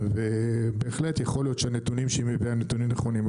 אינדיקטיבית ובהחלט יכול להיות שהנתונים שהיא מביאה נתונים נכונים,